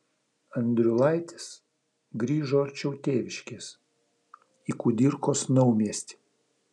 andriulaitis grįžo arčiau tėviškės į kudirkos naumiestį